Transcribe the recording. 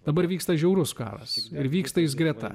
dabar vyksta žiaurus karas ir vyksta jis greta